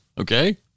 Okay